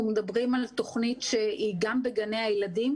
מדברים על תוכנית שהיא גם בגני הילדים,